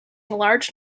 large